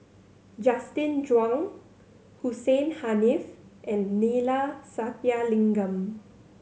Justin Zhuang Hussein Haniff and Neila Sathyalingam